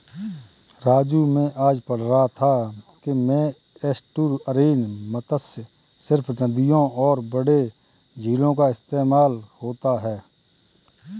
राजू मैं आज पढ़ रहा था कि में एस्टुअरीन मत्स्य सिर्फ नदियों और बड़े झीलों का इस्तेमाल होता है